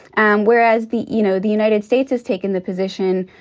and whereas the you know, the united states has taken the position,